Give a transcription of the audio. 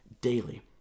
daily